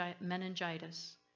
meningitis